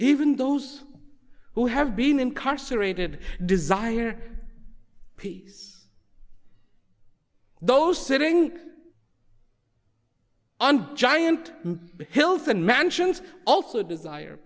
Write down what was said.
even those who have been incarcerated desire peace those sitting on giant hills and mansions also desire